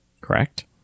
Correct